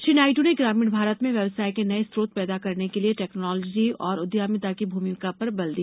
श्री नायडु ने ग्रामीण भारत में व्यवसाय के नये स्रोत पैदा करने के लिए टैक्नोलॉजी और उद्यमिता की भूमिका पर बल दिया